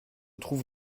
trouve